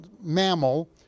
mammal